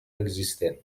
existent